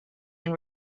and